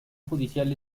judicial